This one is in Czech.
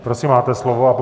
Prosím, máte slovo.